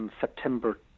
September